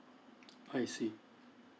I see